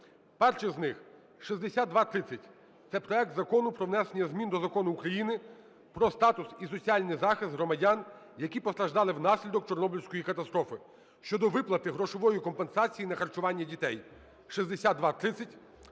Перший з них 6230 – це проект Закону про внесення змін до Закону України "Про статус і соціальний захист громадян, які постраждали внаслідок Чорнобильської катастрофи" (щодо виплати грошової компенсації на харчування дітей) (6230).